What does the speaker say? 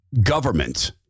government